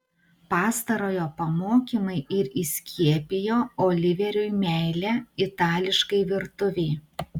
pastarojo pamokymai ir įskiepijo oliveriui meilę itališkai virtuvei